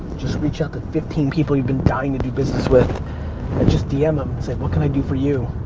just reach out to fifteen people you've been dying to do business with and just dm em and say what can i do for you?